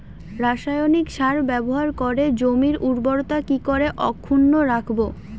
রাসায়নিক সার ব্যবহার করে জমির উর্বরতা কি করে অক্ষুণ্ন রাখবো